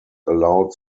allowed